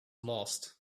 lost